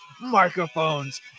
microphones